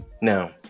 Now